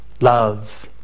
love